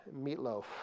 meatloaf